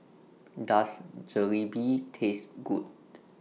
Does Jalebi Taste Good